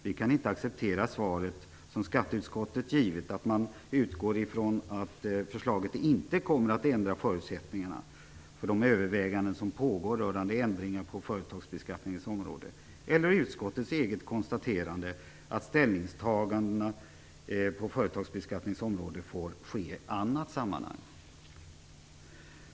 Vi kan inte acceptera svaret som skatteutskottet givit att man utgår ifrån att förslaget inte kommer att ändra förutsättningarna för de överväganden som pågår rörande ändringar på företagsbeskattningens område eller utskottets eget konstaterande att ställningstagandena på företagsbeskattningens område får ske i annat sammanhang.